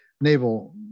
naval